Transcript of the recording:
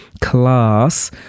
class